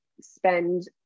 spend